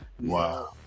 Wow